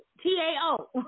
T-A-O